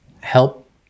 help